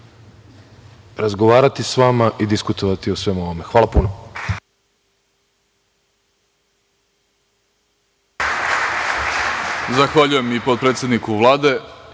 razgovarati sa vama i diskutovati o svemu ovome. Hvala puno.